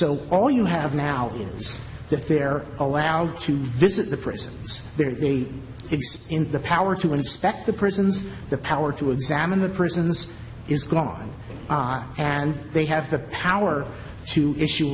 so all you have now is that they're allowed to visit the prisons there are they in the power to inspect the prisons the power to examine the prisons is gone and they have the power to issue